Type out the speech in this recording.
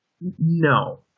No